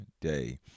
day